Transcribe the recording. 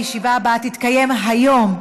הישיבה הבאה תתקיים היום,